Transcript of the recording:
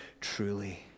truly